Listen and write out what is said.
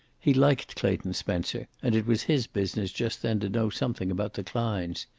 he liked clayton spencer, and it was his business just then to know something about the kleins.